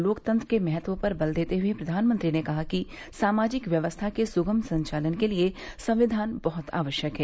लोकतंत्र के महत्व पर बल देते हुए प्रधानमंत्री ने कहा कि सामाजिक व्यक्त्था के सुगम संचालन के लिए संविधान बहुत आवश्यक है